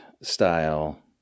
style